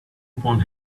upon